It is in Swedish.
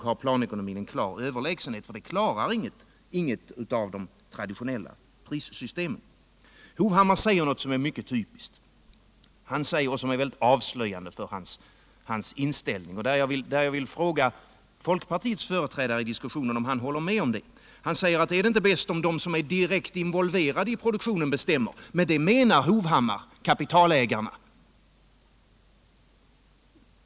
har planekonomin en klar övertiigsenhet: det klarar inget av de traditionella prissystemen. Erik Hovhammar sade något mycket typiskt och mycket avslöjande för hans inställning — jag vill fråga folkpartiets företrädare i diskussionen om han håller med om det. Han sade: Är det inte bäst om de som är direkt involverade i produktionen bestämmer”? Med det menar Erik Hovhammar kapitalägarna.